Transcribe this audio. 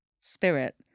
spirit